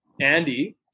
Andy